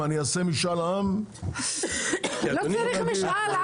אם אני אעשה משאל עם --- לא צריך משאל עם.